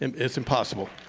um it's impossible.